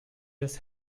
just